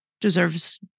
deserves